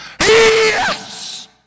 Yes